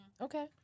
okay